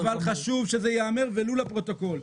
-- אבל חשוב שזה ייאמר, ולו לפרוטוקול.